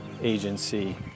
agency